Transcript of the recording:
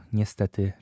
niestety